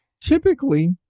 typically